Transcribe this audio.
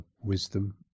wisdom